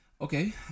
okay